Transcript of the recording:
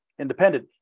Independent